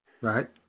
Right